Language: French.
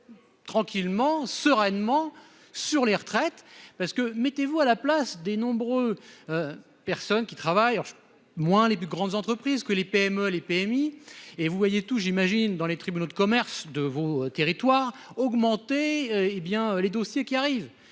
Tranquillement, sereinement. Sur les retraites parce que mettez-vous à la place des nombreux. Personnes qui travaillent moins, les plus grandes entreprises que les PME, les PMI et vous voyez tout j'imagine dans les tribunaux de commerce, de vos territoires augmenter. Eh bien les dossiers qui arrivent.